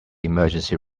emergency